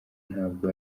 ntabwo